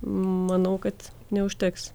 manau kad neužteks